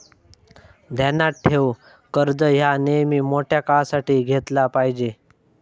ध्यानात ठेव, कर्ज ह्या नेयमी मोठ्या काळासाठी घेतला पायजे